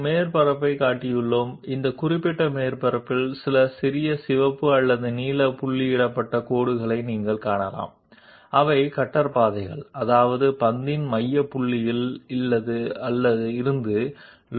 ఇక్కడ మేము ఒక ఉపరితలాన్ని చూపించాము మరియు మీరు ఆ నిర్దిష్ట ఉపరితలంపై కొన్ని చిన్న ఎరుపు లేదా నీలం రంగు చుక్కల లైన్స్ ని చూడవచ్చు ఇవి కట్టర్ పాత్లు అంటే బాల్ యొక్క మధ్య బిందువులు ఈ లోకస్ పాయింట్ల మధ్య బిందువులుగా ఉండే కట్టర్ పాత్ను ముగించాయి